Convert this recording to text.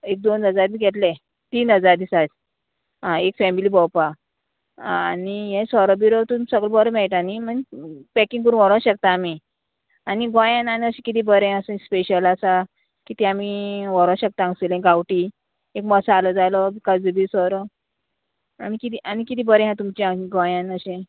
एक दोन हजार बी घेतले तीन हजार दिसा एक फॅमिली भोंवपा आं आनी हें सोरो बिरो तुमी सगळें बरो मेळटा न्ही पॅकींग करून व्होरो शकता आमी आनी गोंयान आनी अशें किदें बरें स्पेशल आसा कितें आमी व्हरो शकता हांगासरलें गांवठी एक मसालो जालो काजू बी सोरो आनी किदें आनी किदें बरें आसा तुमचें गोंयान अशें